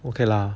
okay lah